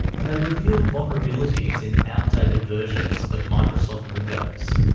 and they revealed vulnerabilities in outdated versions of microsoft windows.